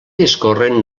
discorren